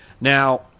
Now